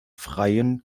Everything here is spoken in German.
freien